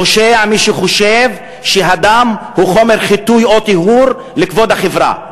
פושע מי שחושב שהדם הוא חומר חיטוי או טיהור לכבוד החברה,